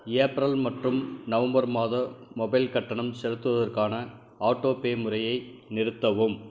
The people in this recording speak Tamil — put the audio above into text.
ஏப்ரல் மற்றும் நவம்பர் மாத மொபைல் கட்டணம் செலுத்துவதற்கான ஆட்டோபே முறையை நிறுத்தவும்